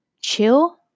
chill